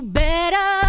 better